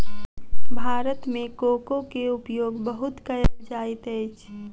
भारत मे कोको के उपयोग बहुत कयल जाइत अछि